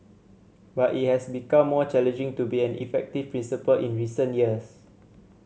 but it has become more challenging to be an effective principal in recent years